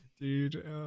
dude